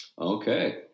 Okay